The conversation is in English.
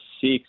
six